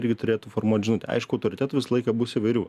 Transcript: irgi turėtų formuot žinutę aišku autoritetų visą laiką bus įvairių